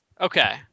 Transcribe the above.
Okay